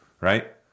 Right